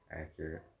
accurate